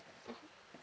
mmhmm